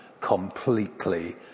completely